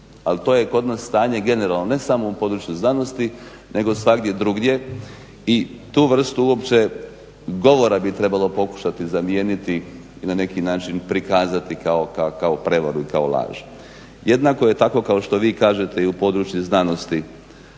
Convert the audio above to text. Ali to je kod nas stanje generalno ne samo u području znanosti nego svagdje drugdje i tu vrstu uopće govora bi pokušalo zamijeniti i na neki način prikazati kao prevaru i kao laž. Jednako je tako kao što vi kažete i u području znanosti.